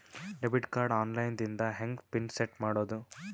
Debit card online ದಿಂದ ಹೆಂಗ್ PIN set ಮಾಡೋದು?